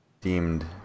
deemed